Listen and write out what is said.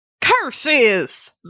Curses